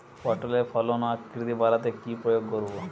পটলের ফলন ও আকৃতি বাড়াতে কি প্রয়োগ করব?